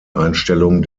einstellung